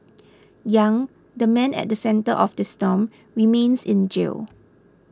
Yang the man at the centre of the storm remains in jail